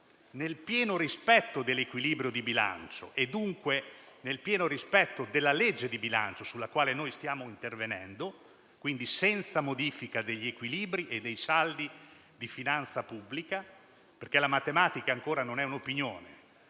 nel pieno rispetto dell'equilibrio di bilancio, e dunque nel pieno rispetto della legge di bilancio sulla quale stiamo intervenendo, quindi senza modifica degli equilibri e dei saldi di finanza pubblica, perché la matematica ancora non è un'opinione: